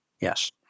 yes